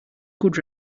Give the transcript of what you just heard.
good